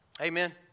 Amen